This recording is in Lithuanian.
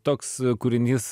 toks kūrinys